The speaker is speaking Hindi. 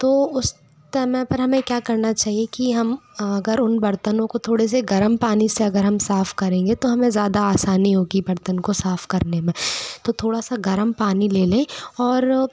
तो उस समय पर हमें क्या करना चाहिए कि हम अगर उन बर्तनों को थोड़े से गर्म पानी से अगर हम साफ़ करेंगे तो हमें ज़्यादा आसानी होगी बर्तन को साफ़ करने में तो थोड़ा सा गर्म पानी ले लें और